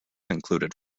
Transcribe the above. included